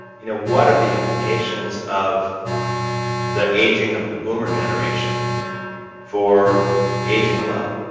you know, what are the implications of the aging of the boomer generation for aging alone?